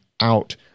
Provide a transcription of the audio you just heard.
out